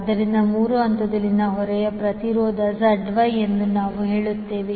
ಆದ್ದರಿಂದ ಮೂರು ಹಂತಗಳಲ್ಲಿ ಹೊರೆಯ ಪ್ರತಿರೋಧ 𝐙𝑌 ಎಂದು ನಾವು ಹೇಳುತ್ತೇವೆ